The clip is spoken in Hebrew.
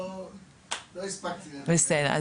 לא הספקתי --- בסדר,